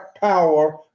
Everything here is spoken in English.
power